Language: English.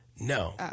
No